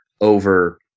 over